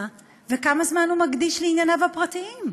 וכמה זמן הוא מקדיש לענייניו הפרטיים?